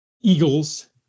eagles